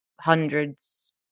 hundreds